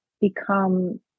become